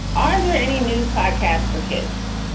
are there any news podcasts for kids?